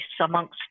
amongst